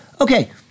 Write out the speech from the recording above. Okay